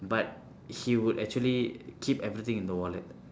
but he would actually keep everything in the wallet